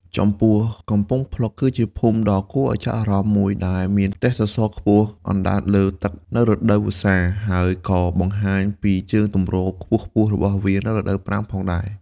ចំពោះកំពង់ភ្លុក គឺជាភូមិដ៏គួរឱ្យចាប់អារម្មណ៍មួយដែលមានផ្ទះសសរខ្ពស់ៗអណ្ដែតលើទឹកនៅរដូវវស្សា ហើយក៏បង្ហាញពីជើងទម្រខ្ពស់ៗរបស់វានៅរដូវប្រាំងផងដែរ។